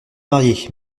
mariés